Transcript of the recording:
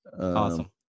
awesome